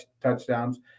touchdowns